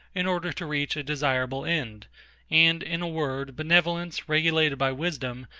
in order to reach a desirable end and in a word, benevolence, regulated by wisdom,